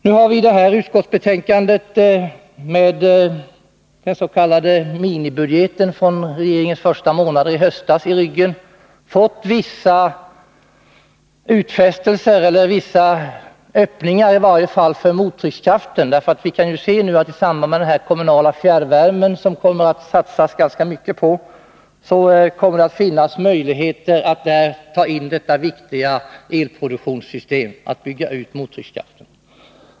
Vi har i detta betänkande, med den s.k. minibudgeten från regeringens första månader i höstas i ryggen, fått vissa öppningar för i varje fall mottryckskraften. Vi kan se att det, i samband med den kommunala fjärrvärmen, som det kommer att satsas mycket på, kommer att finnas möjlighet att ta in detta viktiga elproduktionssystem, att bygga ut mottryckskraften.